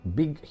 big